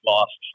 Lost